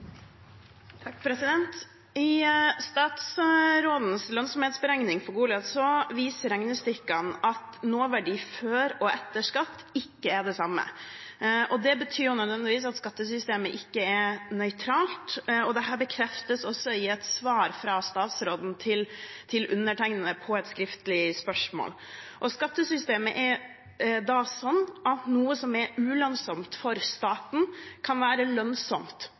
I statsrådens lønnsomhetsberegning for Goliat viser regnestykkene at nåverdien før og etter skatt ikke er den samme. Det betyr nødvendigvis at skattesystemet ikke er nøytralt, og dette bekreftes i et svar fra statsråden til undertegnede på et skriftlig spørsmål. Skattesystemet er da sånn at noe som er ulønnsomt for staten, kan være lønnsomt